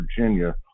Virginia